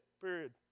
period